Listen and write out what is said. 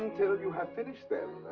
until you have finished them.